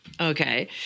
Okay